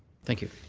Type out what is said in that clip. thank you.